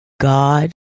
God